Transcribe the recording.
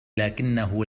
لكنه